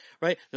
right